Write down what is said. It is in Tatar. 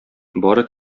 бары